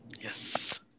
yes